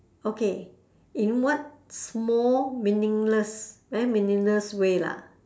okay in what small meaningless very meaningless way lah